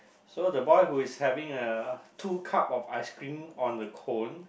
so the boy who is having uh two cup of ice cream on the cone